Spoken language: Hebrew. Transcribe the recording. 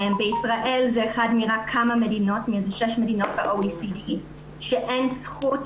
ישראל היא אחת משש מדינות ב-OECD שאין זכות